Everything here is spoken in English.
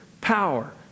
power